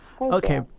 Okay